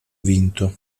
vinto